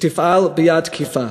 שתפעל ביד תקיפה.